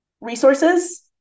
resources